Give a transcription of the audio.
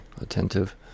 attentive